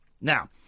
Now